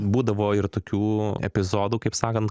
būdavo ir tokių epizodų kaip sakant